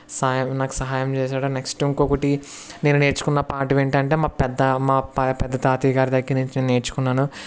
సాయం నాకు సహాయం చేశాడు నెక్స్ట్ ఇంకొకటి నేను నేర్చుకున్న పాఠం ఏంటంటే మా పెద్ద మా పెద్ద తాతయ్య గారి దగ్గర నుంచి నేను నేర్చుకున్నాను